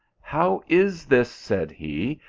how is this, said he,